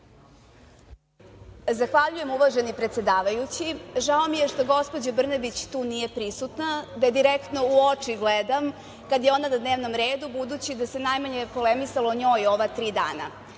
Zahvaljujem uvaženi predsedavajući. Žao mi je što gospođa Brnabić nije prisutna tu, da je direktno u oči gledam, kada je ona na dnevnom redu, budući da se najmanje polemisalo o njoj ova tri dana. Ana